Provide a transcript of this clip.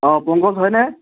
অঁ পংকজ হয়নে